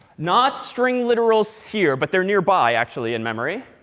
not string literals here, but they're nearby, actually, in memory.